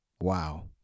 wow